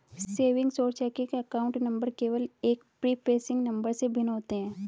savings और checking account number केवल एक प्रीफेसिंग नंबर से भिन्न होते हैं